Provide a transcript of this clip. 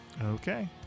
Okay